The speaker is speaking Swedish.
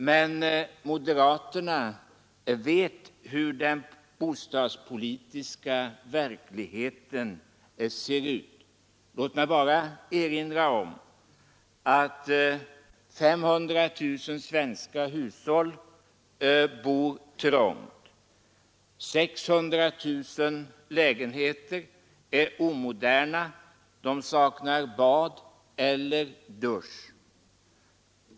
Men moderaterna vet hur den bostadspolitiska verkligheten ser ut. Låt mig bara erinra om att 500 000 svenska hushåll är trångbodda. 600 000 lägenheter är omoderna — de saknar bad eller dusch.